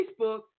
Facebook